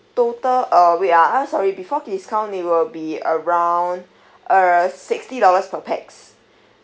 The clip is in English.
total uh wait ah sorry before discount it will be around err sixty dollars per pax